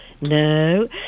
No